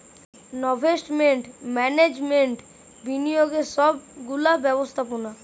investment management বিনিয়োগের সব গুলা ব্যবস্থাপোনা